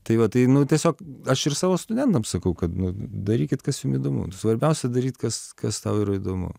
tai va tai nu tiesiog aš ir savo studentam sakau kad darykit kas jum įdomu svarbiausia daryt kas kas tau yra įdomu